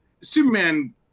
Superman